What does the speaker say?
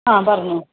ആ പറഞ്ഞോ